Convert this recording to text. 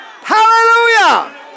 Hallelujah